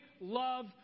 love